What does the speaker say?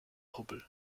hubbel